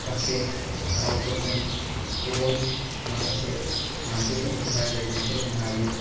माखासे रावखौ जों गुबुन माखासे मानसिफोरजों रायलायनो सोलोंनो हायो